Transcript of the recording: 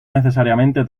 necesariamente